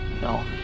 no